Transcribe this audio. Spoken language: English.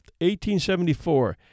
1874